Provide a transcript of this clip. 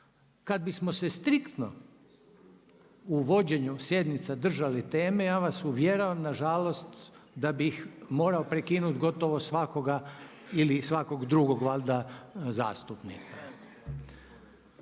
kada bismo se striktno u vođenju sjednica držali teme, ja vas uvjeravam nažalost da bih morao prekinuti gotovo svakoga ili svakog drugog valjda zastupnika.